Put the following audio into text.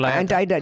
anti